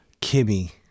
Kimmy